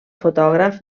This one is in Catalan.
fotògraf